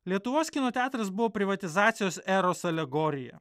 lietuvos kino teatras buvo privatizacijos eros alegorija